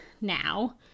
now